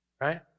right